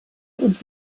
und